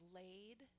laid